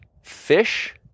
fish